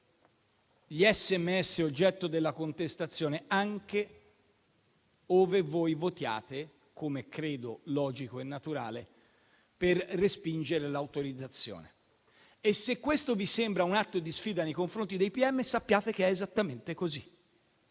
messaggi oggetto della contestazione, anche ove voi votiate, come credo logico e naturale, per respingere l'autorizzazione. E se questo vi sembra un atto di sfida nei confronti dei pm, sappiate che è esattamente così,